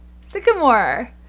Sycamore